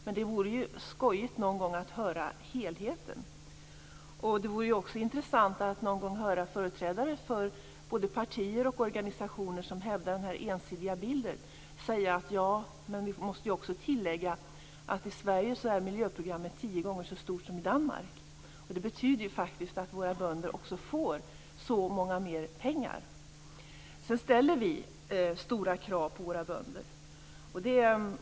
Det vore ju skojigt att någon gång höra helheten. Det vore också intressant att någon gång höra företrädare för både partier och organisationer som hävdar denna ensidiga bild säga att de också måste tillägga att miljöprogrammet är tio gånger så stort i Sverige som i Danmark. Det betyder faktiskt att våra bönder också får så mycket mer pengar. Sedan ställer vi stora krav på våra bönder.